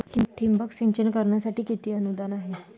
ठिबक सिंचन करण्यासाठी किती अनुदान आहे?